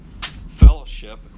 fellowship